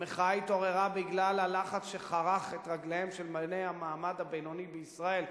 המחאה התעוררה בגלל הלחץ שחרך את רגליהם של בני המעמד הבינוני בישראל,